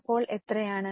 അപ്പോൾ എത്ര ആണ